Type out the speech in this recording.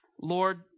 Lord